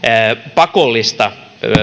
pakollista